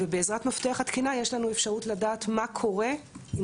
ובעזרת מפתח התקינה יש לנו אפשרות לדעת מה קורה עם